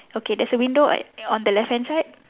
okay there's a window like on the left hand side